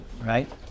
Right